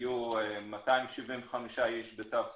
היו 275 איש בתו סגול.